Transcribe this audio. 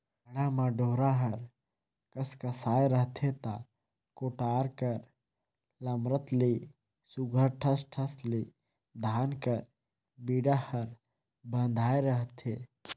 गाड़ा म डोरा हर कसकसाए रहथे ता कोठार कर लमरत ले सुग्घर ठस ठस ले धान कर बीड़ा हर बंधाए रहथे